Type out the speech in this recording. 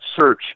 search